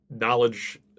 knowledge